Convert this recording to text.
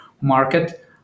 market